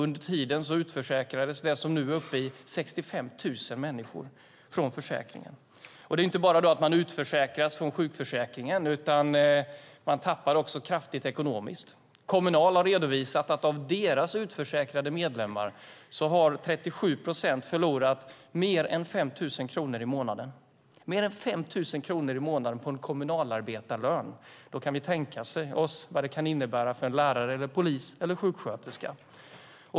Under tiden utförsäkrades människor till ett antal som nu är uppe i 65 000 från försäkringen. Det är inte bara det att man utförsäkras från sjukförsäkringen utan man tappar också kraftigt ekonomiskt. Kommunal har redovisat att av deras utförsäkrade medlemmar har 37 procent förlorat mer än 5 000 kronor i månaden. Mer än 5 000 kronor i månaden på en kommunalarbetarlön, då kan vi tänka oss vad det kan innebära för en lärare, polis eller sjuksköterska.